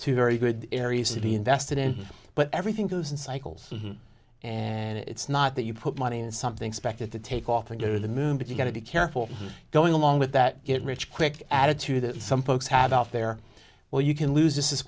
to very good areas to be invested in but everything goes in cycles and it's not that you put money in something spec that the take off and go to the moon but you've got to be careful going along with that get rich quick attitude that some folks have out there well you can lose